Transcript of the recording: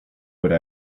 would